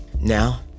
Now